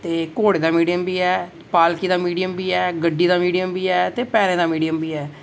ते घोड़े दा मीडियम बी ऐ पालकी दा मीडियम बी ऐ ते गड्डी दा मीडियम बी ऐ ते पैरें दा मीडियम बी ऐ